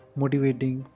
motivating